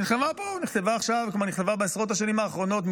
נכתבה עכשיו.